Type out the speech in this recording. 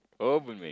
oh boon-wei